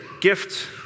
gift